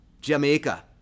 Jamaica